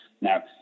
Now